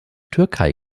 türkei